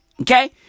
Okay